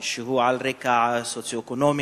שהוא על רקע סוציו-אקונומי,